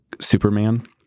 Superman